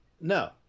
no